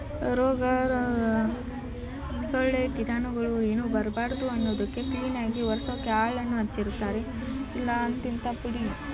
ರೋಗ ಸೊಳ್ಳೆ ಕೀಟಾಣುಗಳು ಏನು ಬರಬಾರ್ದು ಅನ್ನೋದಕ್ಕೆ ಕ್ಲೀನ್ ಆಗಿ ಒರ್ಸೊಕ್ಕೆ ಆಳನ್ನು ಹಚ್ಚಿರುತ್ತಾರೆ ಇಲ್ಲ ಅಂಥಿಂಥ ಪುಡಿ